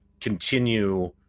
continue